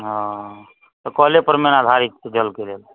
हँ तऽ कले परमे आधारीत छी जलके लेल